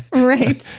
right.